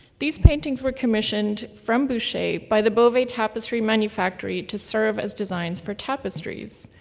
these paintings were commissioned from boucher by the beauvais tapestry manufactory to serve as designs for tapestries.